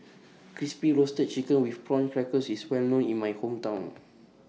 Crispy Roasted Chicken with Prawn Crackers IS Well known in My Hometown